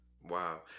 Wow